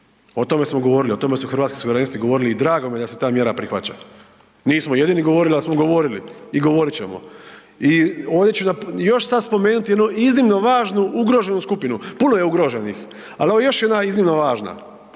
O tome smo govorili, o tome su Hrvatski suverenisti govorili i drago mi je da se ta mjera prihvaća. Nismo jedini govorili, al smo govorili i govorit ćemo. I ovdje ću još sad spomenuti jednu iznimno važnu ugroženu skupinu, puno je ugroženih, al evo još jedna iznimno važna,